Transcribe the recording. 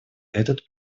этот